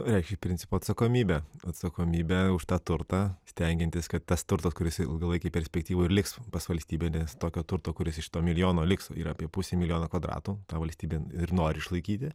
reiškia principo atsakomybę atsakomybę už tą turtą stengiantis kad tas turtas kuris ilgalaikėj perspektyvoj ir liks pas valstybines tokio turto kuris iš to milijono liks yra apie pusė milijono kvadratų tą valstybė ir nori išlaikyti